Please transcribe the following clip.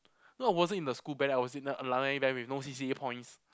no I wasn't in the school band I was in the alumni band with no C_C_A points